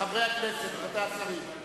חברת הכנסת רוחמה אברהם,